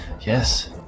Yes